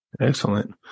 Excellent